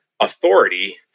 authority